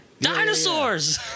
dinosaurs